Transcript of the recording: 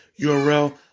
URL